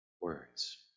words